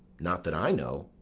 not that i know.